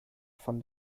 von